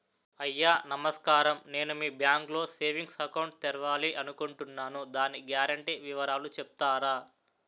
అయ్యా నమస్కారం నేను మీ బ్యాంక్ లో సేవింగ్స్ అకౌంట్ తెరవాలి అనుకుంటున్నాను దాని గ్యారంటీ వివరాలు చెప్తారా?